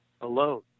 alone